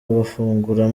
amafunguro